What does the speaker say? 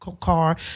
car